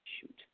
Shoot